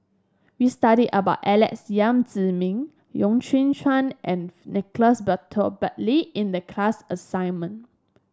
we studied about Alex Yam Ziming Loy Chye Chuan and Nicolas Burton Buckley in the class assignment